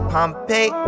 Pompeii